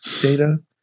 data